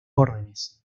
órdenes